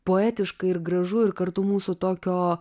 poetiška ir gražu ir kartu mūsų tokio